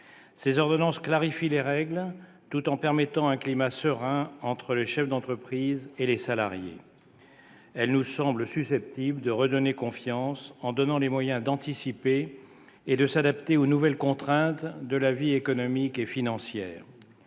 Ces ordonnances clarifient les règles, tout en favorisant l'instauration d'un climat serein entre le chef d'entreprise et les salariés. Elles nous semblent susceptibles de redonner confiance en donnant les moyens d'anticiper et de s'adapter aux nouvelles contraintes de la vie économique et financière.